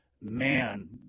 Man